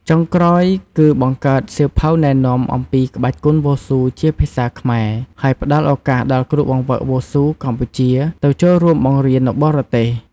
ចុងក្រោយគឺបង្កើតសៀវភៅណែនាំអំពីក្បាច់គុនវ៉ូស៊ូជាភាសាខ្មែរ ហើយផ្ដល់ឱកាសដល់គ្រូបង្វឹកវ៉ូស៊ូកម្ពុជាទៅចូលរួមបង្រៀននៅបរទេស។